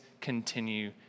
continue